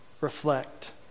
reflect